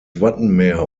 wattenmeer